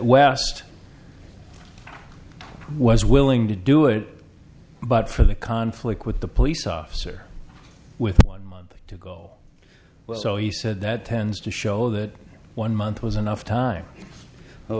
west was willing to do it but for the conflict with the police officer with one month to go well he said that tends to show that one month was enough time